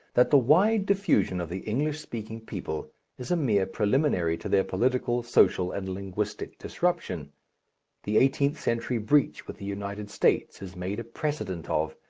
that the wide diffusion of the english-speaking people is a mere preliminary to their political, social, and linguistic disruption the eighteenth-century breach with the united states is made a precedent of,